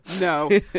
No